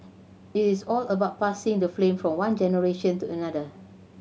its all about passing the flame from one generation to another